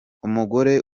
umugore